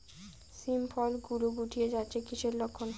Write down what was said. শিম ফল গুলো গুটিয়ে যাচ্ছে কিসের লক্ষন?